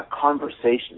conversation